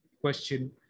question